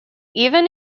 even